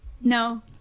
No